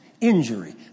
injury